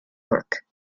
work